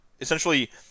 essentially